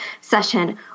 session